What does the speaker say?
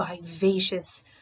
vivacious